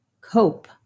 cope